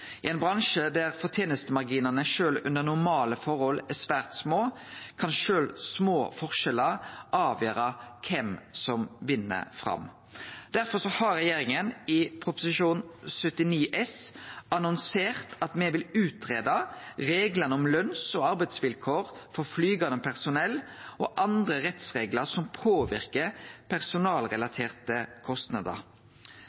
I ein bransje der fortenestemarginane sjølv under normale forhold er svært små, kan sjølv små forskjellar avgjere kven som vinn fram. Derfor har regjeringa i Prop. 79 S for 2020–2021 annonsert at me vil greie ut reglane om løns- og arbeidsvilkår for flygande personell og andre rettsreglar som påverkar